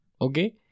Okay